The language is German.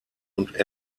und